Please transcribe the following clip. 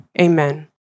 Amen